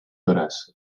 hores